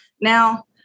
now